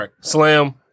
slam